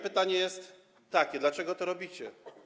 Pytanie jest takie: Dlaczego to robicie?